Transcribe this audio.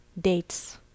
dates